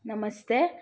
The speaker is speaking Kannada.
ನಮಸ್ತೆ